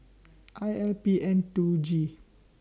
I L P N two G